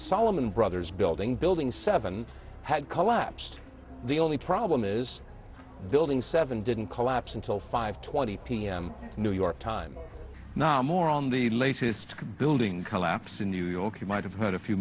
solomon brothers building building seven had collapsed the only problem is building seven didn't collapse until five twenty p m new york time now more on the latest building collapse in new york you might have heard a few